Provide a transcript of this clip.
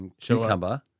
cucumber